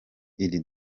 iri